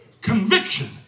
Conviction